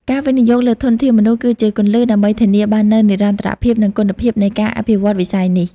ការវិនិយោគលើធនធានមនុស្ស គឺជាគន្លឹះដើម្បីធានាបាននូវនិរន្តរភាព និងគុណភាពនៃការអភិវឌ្ឍវិស័យនេះ។